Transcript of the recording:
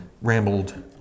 Rambled